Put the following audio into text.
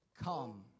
Come